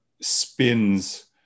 spins